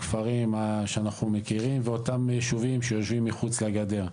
הכפרים שאנחנו מכירים ואותם ישובים יושבים מחוץ לגדר,